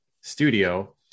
studio